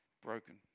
broken